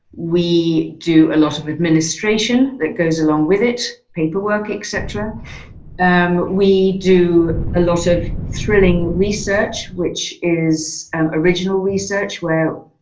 we do a lot of administration that goes along with it, paperwork, et cetera. and we do a lot of thrilling research, which is original research. well,